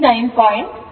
39 0